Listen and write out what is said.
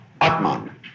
Atman